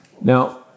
Now